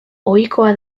ohikoa